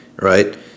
Right